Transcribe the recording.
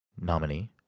nominee